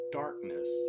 darkness